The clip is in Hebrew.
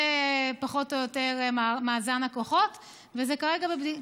זה פחות או יותר מאזן הכוחות, וזה כרגע בבדיקה.